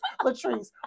Latrice